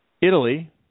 Italy